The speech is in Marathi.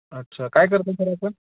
अच्छा काय करता सर आपण